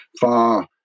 far